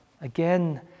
again